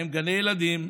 ובהם גני ילדים,